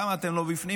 למה אתם לא בפנים?